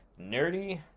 Nerdy